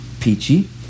Peachy